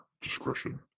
discretion